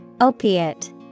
Opiate